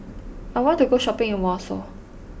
I want to go shopping in Warsaw